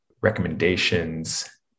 recommendations